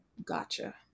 Gotcha